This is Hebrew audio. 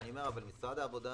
אבל משרד העבודה,